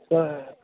ᱦᱮᱸ